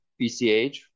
BCH